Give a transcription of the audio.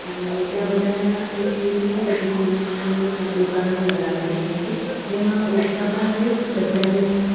અને ત્યાં બધાના એ એવી રીતની બધી નાની નાની દુકાનો લગાવેલી હોય છે જેમાં ઓછા ભાવે બધાને